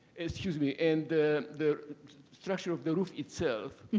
excuse me, and the the structure of the roof itself,